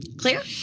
Clear